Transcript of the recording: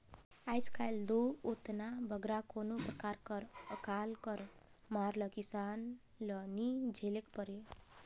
आएज काएल दो ओतना बगरा कोनो परकार कर अकाल कर मार ल किसान मन ल नी झेलेक परे